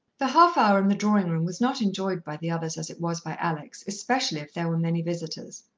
the half-hour in the drawing-room was not enjoyed by the others as it was by alex, especially if there were many visitors.